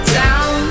down